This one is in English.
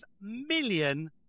million